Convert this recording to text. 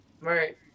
Right